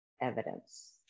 evidence